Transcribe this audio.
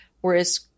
whereas